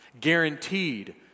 Guaranteed